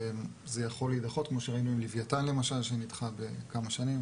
זה יכול להידחות כמו שראינו עם לוויתן למשל שנדחה בכמה שנים